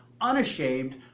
unashamed